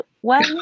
One